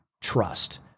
trust